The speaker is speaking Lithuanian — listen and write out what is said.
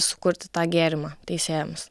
sukurti tą gėrimą teisėjams